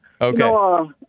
Okay